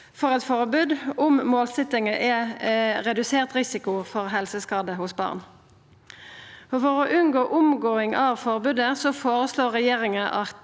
for eit forbod om målsetjinga er redusert risiko for helseskade hos barn. For å unngå omgåing av forbodet føreslår regjeringa at